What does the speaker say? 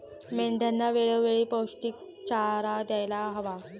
मेंढ्यांना वेळोवेळी पौष्टिक चारा द्यायला हवा